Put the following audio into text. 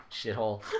shithole